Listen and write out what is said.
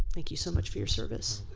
thank you so much for your service.